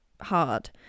hard